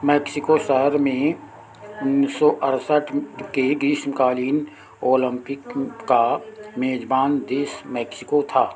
Mexico शहर में उन्नीस सौ अड़सठ के ग्रीष्मकालीन ओलंपिक का मेज़बान देश मेक्सिको था